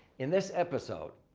in this episode,